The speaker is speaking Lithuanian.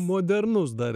modernus dar